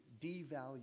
devalue